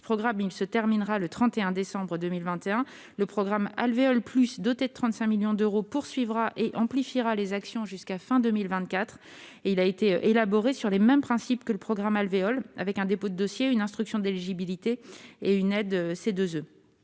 Le programme Alvéole se terminera le 31 décembre 2021. Le programme Alvéole+, doté de 35 millions d'euros, poursuivra et amplifiera les actions jusqu'à la fin de l'année 2024. Il a été élaboré sur les mêmes principes que le programme Alvéole, avec un dépôt de dossier, une instruction d'éligibilité et une aide CEE,